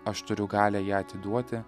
aš turiu galią ją atiduoti